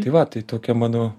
tai va tai tokia mano